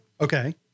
Okay